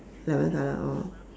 lavender colour oh